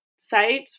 Site